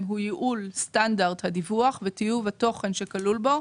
הוא ייעול סטנדרט הדיווח וטיוב התוכן שכלול בו,